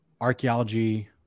archaeology